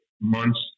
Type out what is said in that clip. months